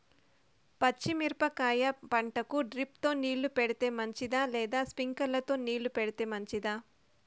పచ్చి మిరపకాయ పంటకు డ్రిప్ తో నీళ్లు పెడితే మంచిదా లేదా స్ప్రింక్లర్లు తో నీళ్లు పెడితే మంచిదా?